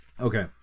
Okay